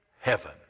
heaven